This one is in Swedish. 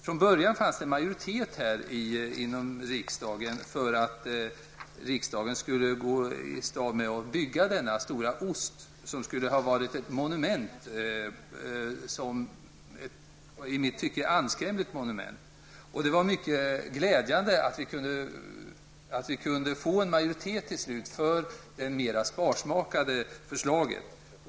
Från början fanns det majoritet i riksdagen för att riksdagen skulle bygga den stora ''Osten'' som enligt mitt tycke skulle ha varit ett ganska anskrämligt monument. Det var mycket glädjande att vi till slut kunde få en majoritet för det mera sparsmakade förslaget.